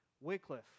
Wycliffe